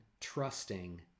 trusting